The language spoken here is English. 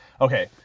Okay